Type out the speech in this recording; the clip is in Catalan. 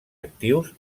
actius